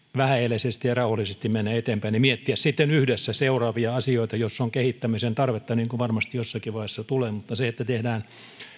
vähäeleisesti ja rauhallisesti mennä eteenpäin ja miettiä sitten yhdessä seuraavia asioita joissa on kehittämisen tarvetta kun niitä varmasti jossakin vaiheessa tulee mutta se että tehdään